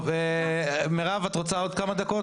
אבל מירב, לפי תקנון הכנסת,